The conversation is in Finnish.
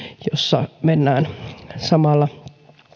jossa mennään samalla